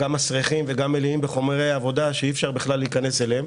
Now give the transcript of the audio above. שמסריחים וגם מלאים בחומרי עבודה שאי-אפשר להיכנס אליהם